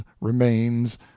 remains